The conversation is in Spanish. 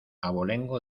abolengo